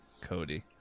Cody